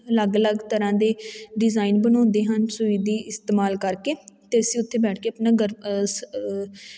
ਅਲੱਗ ਅਲੱਗ ਤਰ੍ਹਾਂ ਦੇ ਡਿਜ਼ਾਇਨ ਬਣਾਉਂਦੇ ਹਨ ਸੋ ਇਹਦੀ ਇਸਤੇਮਾਲ ਕਰਕੇ ਅਤੇ ਅਸੀਂ ਉੱਥੇ ਬੈਠ ਕੇ ਆਪਣਾ ਗਰ ਸ